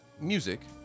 music